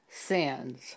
sins